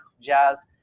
jazz